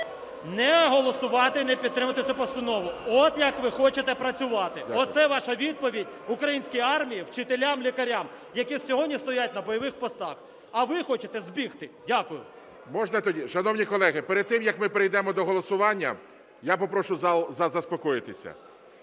не голосувати, не підтримувати цю постанову. (Шум у залі). От я ви хочете працювати, оце ваша відповідь українській армії, вчителям, лікарям, які сьогодні стоять на бойових постах. А ви хочете збігти. Дякую. ГОЛОВУЮЧИЙ. Можна тоді… Шановні колеги, перед тим, як ми перейдемо до голосування, я попрошу зал заспокоїтися.